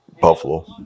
buffalo